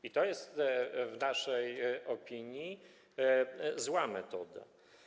I to jest w naszej opinii zła metoda.